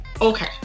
Okay